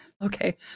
Okay